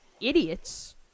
idiots